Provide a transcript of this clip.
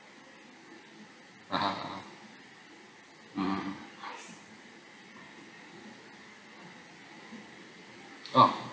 (uh huh) (uh huh) mmhmm mm oh